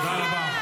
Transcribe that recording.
תודה רבה.